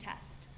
test